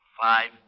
five